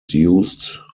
used